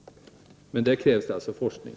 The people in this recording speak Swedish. Men där krävs det alltså forskning.